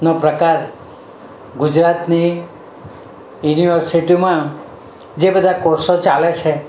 નો પ્રકાર ગુજરાતની યુનિવર્સિટીઓમાં જે બધા કોર્સો ચાલે છે